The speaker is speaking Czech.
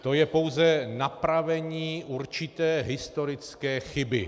To je pouze napravení určité historické chyby.